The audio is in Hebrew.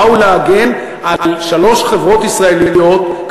באו להגן על שלוש חברות ישראליות,